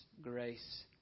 grace